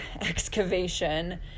excavation